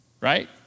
right